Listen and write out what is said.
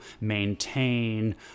maintain